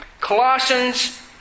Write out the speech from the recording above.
Colossians